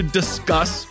discuss